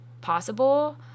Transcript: possible